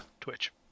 twitch